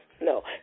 No